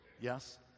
Yes